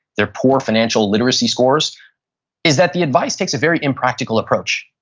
their poor financial literacy scores is that the advice takes a very impractical approach.